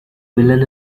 villain